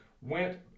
went